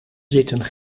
zitten